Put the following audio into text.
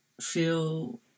feel